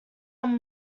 are